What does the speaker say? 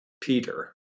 Peter